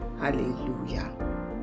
hallelujah